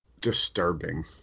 disturbing